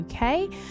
uk